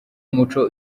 umuco